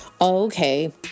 Okay